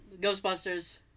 Ghostbusters